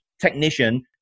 technician